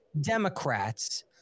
Democrats